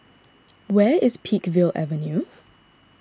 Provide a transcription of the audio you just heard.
Where is Peakville Avenue